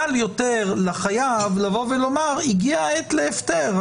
קל יותר לחייב לבוא ולומר הגיע העת להפטר,